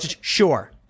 Sure